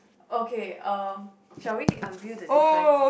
okay um shall we unveil the difference